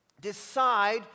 decide